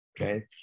okay